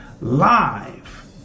live